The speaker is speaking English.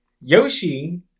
Yoshi